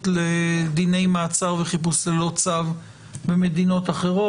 לדיני מעצר וחיפוש ללא צו במדינות אחרות.